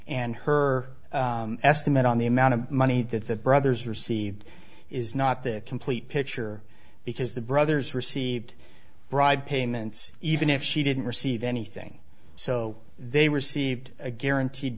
and her estimate on the amount of money that the brothers received is not the complete picture because the brothers receipt bride payments even if she didn't receive anything so they received a guaranteed